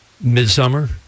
Midsummer